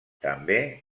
també